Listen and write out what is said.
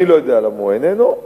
אני לא יודע למה הוא איננו,